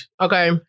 okay